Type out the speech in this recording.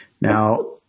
Now